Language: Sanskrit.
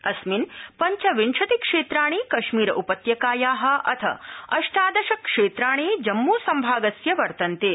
अस्मिन् पंचविंशति क्षेत्राणि कर्मीर उपत्यकाया अथ अष्टादश क्षेत्राणि जम्मूसम्भागस्य वर्तन्ते